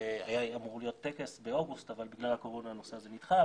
היה אמור להיות טקס באוגוסט אבל בגלל הקורונה הנושא הזה נדחה.